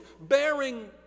bearing